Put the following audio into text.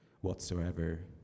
whatsoever